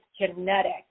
genetic